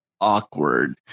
awkward